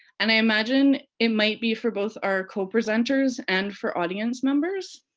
and i imagine it might be for both our co-presenters and for audience members.